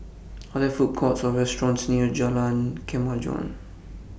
Are There Food Courts Or restaurants near Jalan Kemajuan